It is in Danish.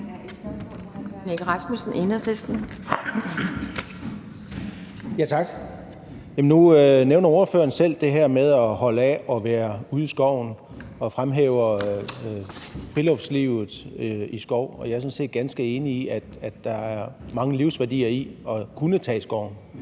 Nu nævner ordføreren selv det her med at holde af at være ude i skoven og fremhæver friluftslivet i skoven, og jeg er sådan set ganske enig i, at der er meget livsværdi i at kunne tage i skoven.